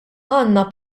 għandna